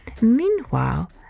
Meanwhile